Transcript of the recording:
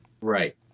Right